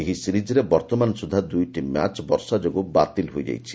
ଏହି ସିରିଜ୍ରେ ବର୍ତ୍ତମାନ ସ୍ୱଦ୍ଧା ଦୂଇଟି ମ୍ୟାଚ୍ ବର୍ଷା ଯୋଗୁଁ ବାତିଲ୍ କରାଯାଇଛି